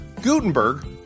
Gutenberg